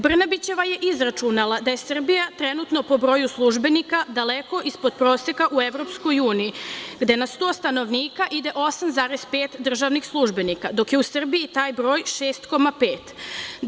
Brnabićeva je izračunala da je Srbija trenutna po broju službenika daleko ispod proseka u EU, gde na 100 stanovnika ide 8,5 državnih službenika, dok je u Srbiji taj broj šest, pet.